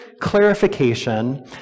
clarification